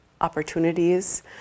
opportunities